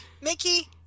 Mickey